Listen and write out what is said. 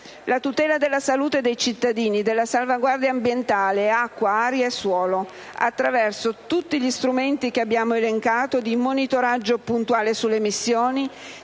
la tutela della salute dei cittadini, la salvaguardia ambientale, di acqua, aria e suolo, attraverso tutti gli strumenti che abbiamo elencato, di monitoraggio puntuale sulle emissioni,